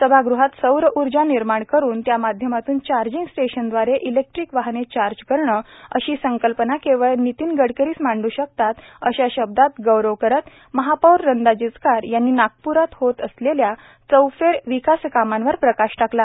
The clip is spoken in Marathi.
सभाग़हात सौर ऊर्जा निर्माण करून त्या माध्यमातून चार्जींग स्टेशनद्वारे इलेक्ट्रिक वाहने चार्ज करणे अशी संकल्पना केवळ नितीन गडकरीच मांडू शकतात अशा शब्दात गौरव करीत महापौर नंदा जिचकार यांनी नागप्रात होत असलेल्या चौफेर विकासकामांवर प्रकाश टाकला